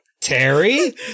Terry